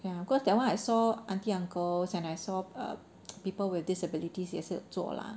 ya cause that one I saw auntie uncles and I saw uh people with disabilities 也是有做 lah